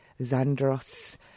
Zandros